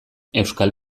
euskal